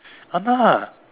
!hanna!